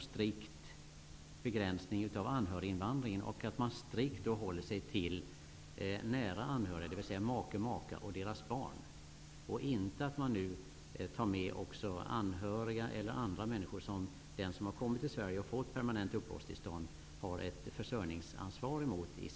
strikt begränsning av anhöriginvandringen, nämligen att en strikt förknippning till nära anhörig, dvs. make, maka och deras barn skall råda. Anhöriginvandringen skall inte avse anhöriga eller andra människor som den som kommit till Sverige och fått ett permanent uppehållstillstånd, i sitt hemland har ett försörjningsansvar gentemot.